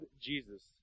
Jesus